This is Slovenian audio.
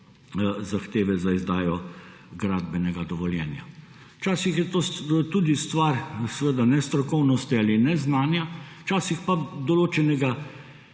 zahteve za izdajo gradbenega dovoljenja. Včasih je to tudi stvar nestrokovnosti ali neznanja, včasih pa določenega